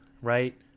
right